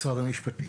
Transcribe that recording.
משרד המשפטים.